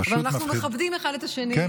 אבל אנחנו מכבדים אחד את השני בעניין הזה.